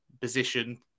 position